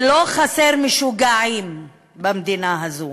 ולא חסרים משוגעים במדינה הזאת